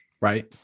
right